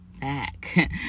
back